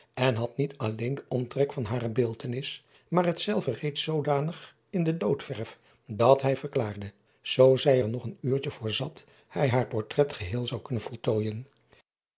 en had niet alleen den omtrek van hare beeldtenis maar hetzelve reeds zoodanig in de doodverf dat hij verklaarde zoo zij er nog een uurtje voor zat hij haar portrait geheel zou kunnen voltooijen